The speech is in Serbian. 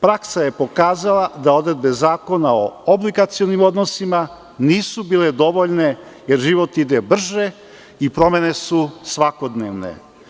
Praksa je pokazala da odredbe Zakona o obligacionim odnosima nisu bile dovoljne, jer život ide brže i promene su svakodnevne.